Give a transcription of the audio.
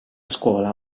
scuola